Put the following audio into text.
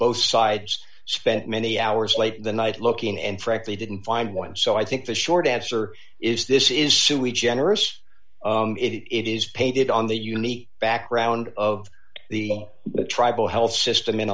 both sides spent many hours late the night looking and frankly didn't find one so i think the short answer is this is sui generous it is painted on the unique background of the tribal health system in